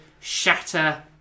shatter